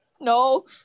No